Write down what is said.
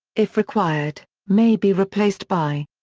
if required, may be replaced by.